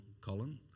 Colin